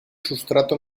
sustrato